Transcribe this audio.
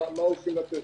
מה הולכים לתת.